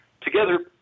Together